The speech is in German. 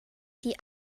die